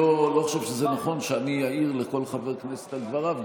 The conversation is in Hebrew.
אני לא חושב שזה נכון שאני אעיר לכל חבר כנסת על דבריו,